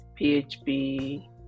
php